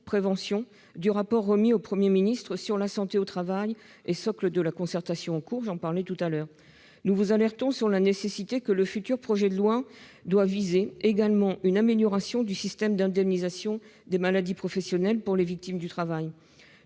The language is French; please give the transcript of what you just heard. dans le rapport remis au Premier ministre sur la santé au travail, socle de la concertation en cours- je l'évoquais tout à l'heure. Il nous apparaît nécessaire que le projet de loi vise également une amélioration du système d'indemnisation des maladies professionnelles pour les victimes du travail.